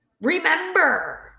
Remember